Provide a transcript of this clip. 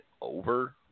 over